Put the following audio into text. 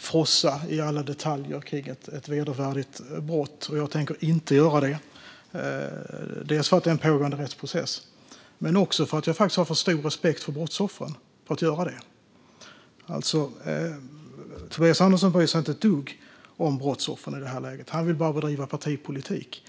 frossa i alla detaljer kring ett vedervärdigt brott, och jag tänker inte göra det. Dels för att det är en pågående rättsprocess, dels för att jag också har för stor respekt för brottsoffren för att göra så. Tobias Andersson bryr sig inte ett dugg om brottsoffren i det här läget. Han vill bara bedriva partipolitik.